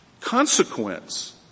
consequence